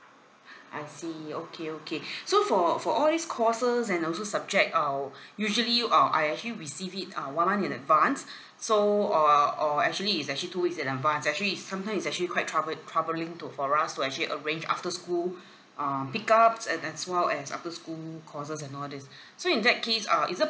I see okay okay so for for all these courses and uh also subject I'll usually uh I actually receive it uh one week in advance so err or actually it's actually two weeks in advance it's actually sometimes it's actually quite trouble~ troubling to for us to actually arrange after school uh pick ups and as well as after school courses and all these so in that case err is it